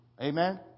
Amen